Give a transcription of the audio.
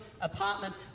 apartment